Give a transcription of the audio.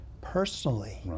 personally